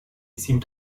seemed